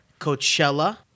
Coachella